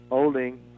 Holding